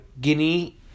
Guinea